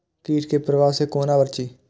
कीट के प्रभाव से कोना बचीं?